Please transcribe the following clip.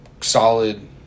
solid